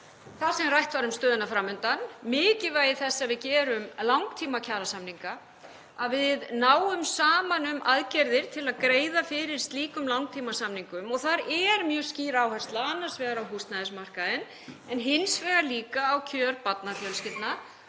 þar sem rætt var um stöðuna fram undan, mikilvægi þess að við gerum að langtímakjarasamninga, að við náum saman um aðgerðir til að greiða fyrir slíkum langtímasamningum. Þar er mjög skýr áhersla annars vegar á húsnæðismarkaðinn en hins vegar líka á kjör barnafjölskyldna